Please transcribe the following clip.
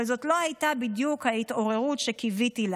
אבל זאת לא הייתה בדיוק ההתעוררות שקיוויתי לה.